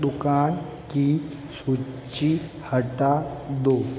दुकान की सूची हटा दो